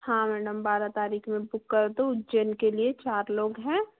हाँ मैडम बारह तारीख में बुक कर दो उज्जैन के लिए चार लोग हैं